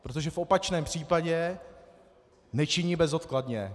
Protože v opačném případě nečiní bezodkladně.